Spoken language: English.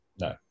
No